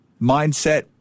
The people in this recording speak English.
mindset